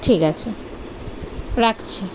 ঠিক আছে রাখছি